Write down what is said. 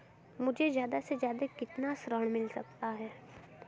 मुझे ज्यादा से ज्यादा कितना ऋण मिल सकता है?